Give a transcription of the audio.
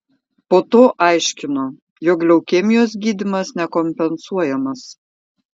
po to aiškino jog leukemijos gydymas nekompensuojamas